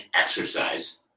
exercise